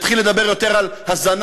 יתחיל לדבר יותר על הזנה,